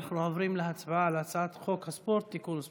אנחנו עוברים להצבעה על הצעת חוק הספורט (תיקון מס'